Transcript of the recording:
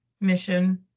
mission